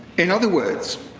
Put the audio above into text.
in other words,